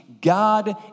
God